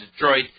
Detroit